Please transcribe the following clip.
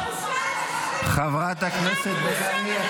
את